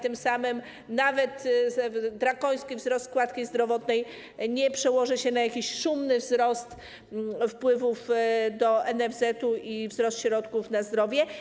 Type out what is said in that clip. Tym samym nawet drakoński wzrost składki zdrowotnej nie przełoży się na szumny wzrost wpływów do NFZ i wzrost środków na zdrowie.